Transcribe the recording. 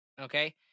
okay